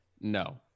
No